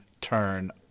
turn